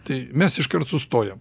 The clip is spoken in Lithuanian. tai mes iškart sustojam